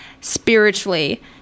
spiritually